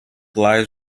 lies